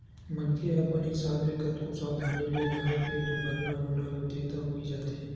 मनखे ह अपन हिसाब ले कतको सवधानी ले राहय फेर दुरघटना होना होथे त होइ जाथे